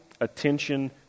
attention